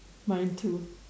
mine too